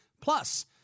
plus